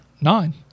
nine